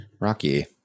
Rocky